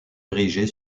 érigée